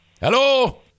Hello